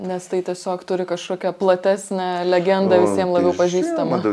nes tai tiesiog turi kažkokią platesnę legendą visiem labiau pažįstamą